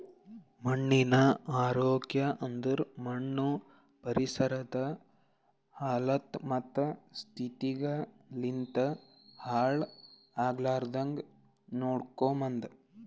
ಮಣ್ಣಿನ ಆರೋಗ್ಯ ಅಂದುರ್ ಮಣ್ಣು ಪರಿಸರದ್ ಹಲತ್ತ ಮತ್ತ ಸ್ಥಿತಿಗ್ ಲಿಂತ್ ಹಾಳ್ ಆಗ್ಲಾರ್ದಾಂಗ್ ನೋಡ್ಕೊಮದ್